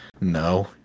No